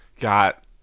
got